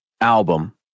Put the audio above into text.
album